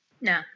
No